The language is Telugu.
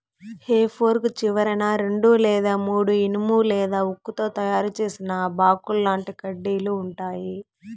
హె ఫోర్క్ చివరన రెండు లేదా మూడు ఇనుము లేదా ఉక్కుతో తయారు చేసిన బాకుల్లాంటి కడ్డీలు ఉంటాయి